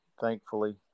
thankfully